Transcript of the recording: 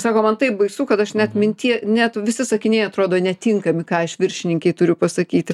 sako man taip baisu kad aš net mintyje net visi sakiniai atrodo netinkami ką aš viršininkei turiu pasakyti